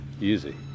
Easy